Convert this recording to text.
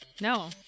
No